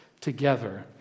together